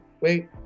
wait